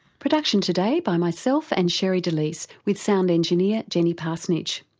production today by myself and sherre delys, with sound engineer jenny parsonage.